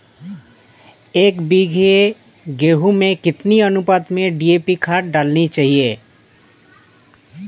एक बीघे गेहूँ में कितनी अनुपात में डी.ए.पी खाद डालनी चाहिए?